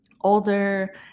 older